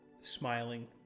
smiling